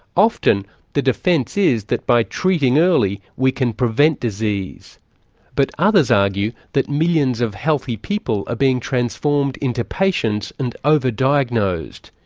often the defence is that by treating early we can prevent disease but others argue that millions of healthy people are being transformed into patients and over-diagnosed,